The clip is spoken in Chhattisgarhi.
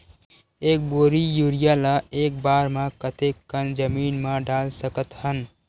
एक बोरी यूरिया ल एक बार म कते कन जमीन म डाल सकत हन?